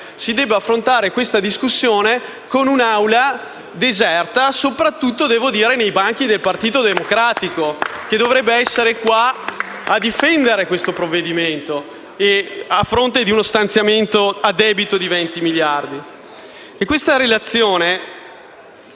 si debba affrontare la discussione in un'Aula deserta, soprattutto nei banchi del Partito Democratico che dovrebbe essere qui a difendere questo provvedimento, a fronte di uno stanziamento a debito di 20 miliardi.